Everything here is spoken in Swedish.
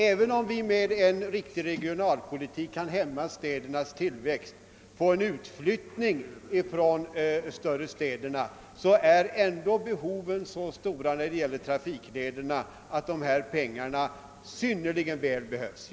även om vi med en riktig regionalpolitik kan hämma storstädernas tillväxt och få till stånd en utflyttning ifrån de större städerna, är ändå behoven så stora när det gäller trafiklederna, att dessa pengar synnerligen väl behövs.